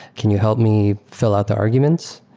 can you help me fill out the arguments?